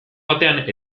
batean